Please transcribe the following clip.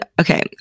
okay